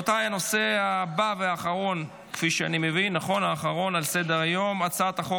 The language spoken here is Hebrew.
בעד שמונה, אפס מתנגדים, אני קובע כי הצעת חוק